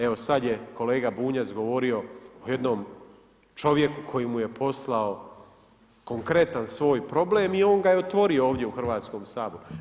Evo sada je kolega Bunjac govorio o jednom čovjeku koji mu je poslao konkretan svoj problem i on ga je otvorio ovdje u Hrvatskom saboru.